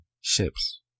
ships